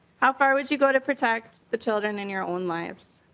how far would you go to protect the children in your own lives?